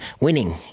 winning